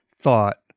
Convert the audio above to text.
thought